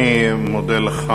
אני מודה לך.